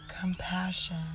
compassion